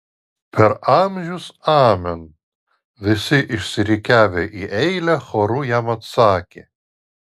per amžius amen visi išsirikiavę į eilę choru jam atsakė